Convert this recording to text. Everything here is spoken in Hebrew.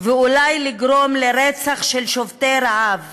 ואולי לגרום לרצח של שובתי רעב,